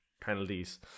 penalties